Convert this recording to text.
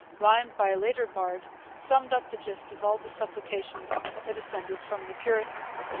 rhymed by a later bard, summed up the gist of all the supplications that ascended from the puritans